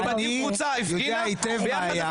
אני יודע היטב מה היה.